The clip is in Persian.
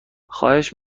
خواهش